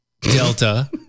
delta